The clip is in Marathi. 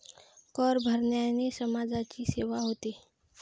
कर भरण्याने समाजाची सेवा होते